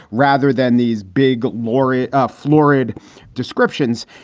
rather than these big mory, ah florid descriptions.